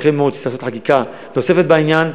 ייתכן מאוד שצריך חקיקה נוספת בעניין.